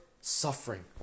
suffering